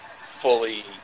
fully